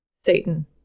Satan